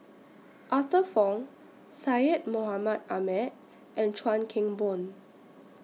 Arthur Fong Syed Mohamed Ahmed and Chuan Keng Boon